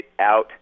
out